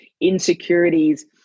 insecurities